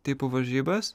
tipo varžybas